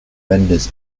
vendors